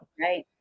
Right